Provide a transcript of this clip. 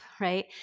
right